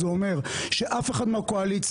זה אומר שאף אחד מהקואליציה,